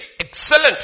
Excellent